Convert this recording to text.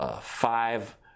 five